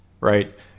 Right